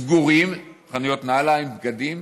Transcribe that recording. סגורים, חנויות נעליים ובגדים,